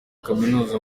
kaminuza